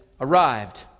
arrived